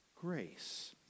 Grace